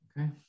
okay